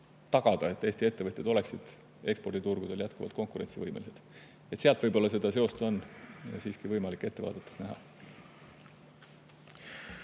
tagada, et meie ettevõtjad oleksid eksporditurgudel jätkuvalt konkurentsivõimelised. Võib-olla seda seost on siiski võimalik ette vaadates näha.